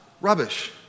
Rubbish